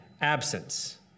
absence